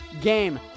game